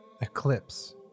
Eclipse